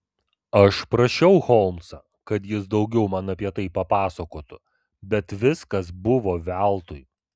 aš prašiau holmsą kad jis daugiau man apie tai papasakotų bet viskas buvo veltui